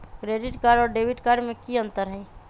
Credit card और debit card में की अंतर हई?